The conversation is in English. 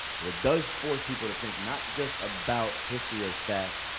but it does force people to think not just about history as facts,